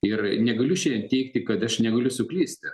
ir negaliu šiandien teigti kad aš negaliu suklysti